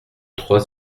trois